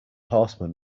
horseman